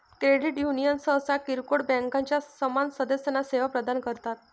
credit union सहसा किरकोळ बँकांच्या समान सदस्यांना सेवा प्रदान करतात